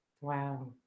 Wow